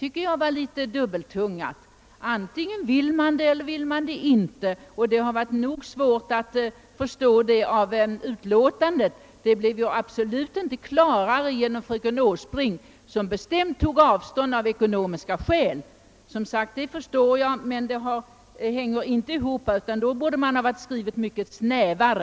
Detta tal är dubbeltungat — antingen vill man ha en reform eller också vill man inte ha det. Det har varit nog svårt att med ledning av utlåtandet förstå vad utskottsmajoriteten menar, och det blev absolut inte klarare genom fröken Åsbrinks anförande. Hon tog bestämt avstånd från förslaget av ekonomiska skäl, och det kan jag som sagt förstå, men argumentationen hänger inte ihop. Man borde 1 så fall ha skrivit mycket snävare.